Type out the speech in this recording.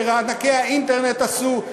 שענקי האינטרנט עשו,